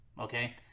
Okay